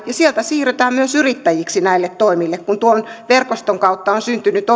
ja sieltä siirrytään myös yrittäjiksi näille toimialoille kun tuon verkoston kautta on syntynyt